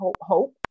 hope